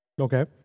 Okay